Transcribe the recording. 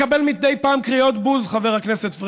לקבל מדי פעם קריאות בוז, חבר הכנסת פריג'.